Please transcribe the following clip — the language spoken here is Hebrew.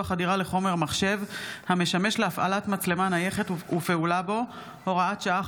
חדירה לחומר מחשב המשמש להפעלת מצלמה נייחת ופעולה בו (הוראת שעה,